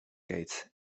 gates